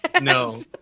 No